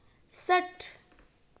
षट्